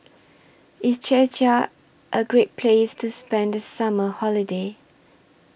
IS Czechia A Great Place to spend The Summer Holiday